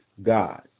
God